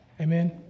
Amen